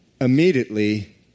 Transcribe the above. immediately